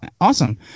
Awesome